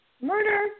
murder